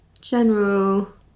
General